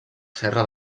serra